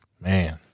man